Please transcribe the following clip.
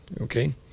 Okay